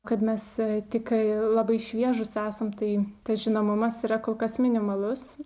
kad mes tik ką labai šviesūs esam tai tas žinomumas yra kol kas minimalus